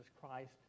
Christ